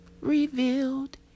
revealed